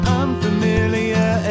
unfamiliar